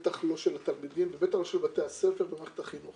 בטח לא של התלמידים ובטח לא של בתי הספר במערכת החינוך.